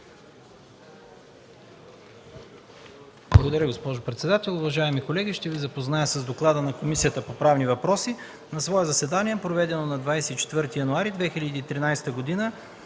Благодаря Ви, госпожо председател. Уважаеми колеги, ще Ви запозная с: „ДОКЛАД на Комисията по правни въпроси На свое заседание, проведено на 24 януари 2013 г.,